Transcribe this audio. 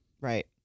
Right